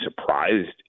surprised